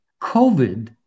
COVID